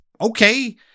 okay